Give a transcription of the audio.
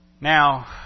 Now